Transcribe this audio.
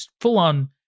full-on